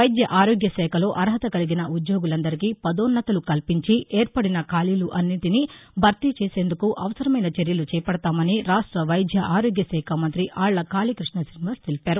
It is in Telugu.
వైద్య ఆరోగ్య శాఖలో అర్హత కలిగిన ఉద్యోగులందరికీ పదోన్నతలు కల్పించి ఏర్పడిన ఖాళీలన్నింటిని భర్తీ చేసేందుకు అవసరమైన చర్యలు చేపడతామని రాష్ట వైద్య ఆరోగ్య శాఖ మంతి ఆళ్ళ కాళీకృష్ణ శ్రీనివాస్ తెలిపారు